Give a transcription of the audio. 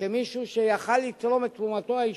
וכמישהו שהיה יכול לתרום את תרומתו האישית,